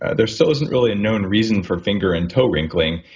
and there's still isn't really a known reason for finger and toe wrinkling.